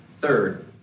Third